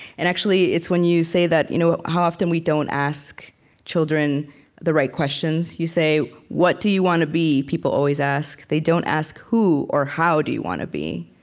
and actually, it's when you say that you know how often we don't ask children the right questions. you say, what do you want to be? people always ask. they don't ask who or how do you want to be?